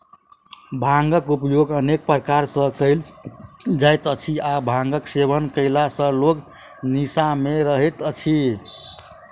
भांगक उपयोग अनेक प्रकार सॅ कयल जाइत अछि आ भांगक सेवन कयला सॅ लोक निसा मे रहैत अछि